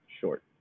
short